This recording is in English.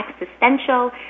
existential